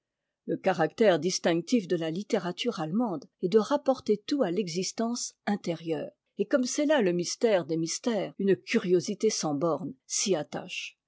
le caractère distinctif de la littérature allemande est de rapporter tout à l'existence intérieure et comme c'est là le mystère des mystères une curiosité sans bornes s'y attache